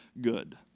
good